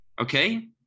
okay